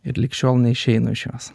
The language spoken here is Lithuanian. ir lig šiol neišeinu iš jos